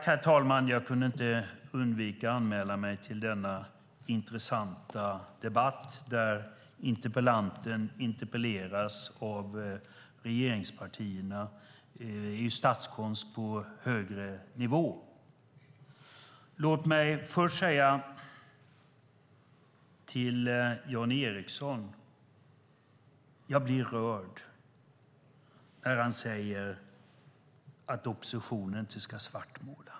Herr talman! Jag kunde inte undvika att anmäla mig till denna intressanta debatt där interpellanten interpelleras av regeringspartierna. Det är statskonst på högre nivå. Låt mig först säga till Jan Ericson: Jag blir rörd när han säger att oppositionen inte ska svartmåla.